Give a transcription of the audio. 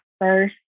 first